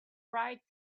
right